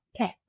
Okay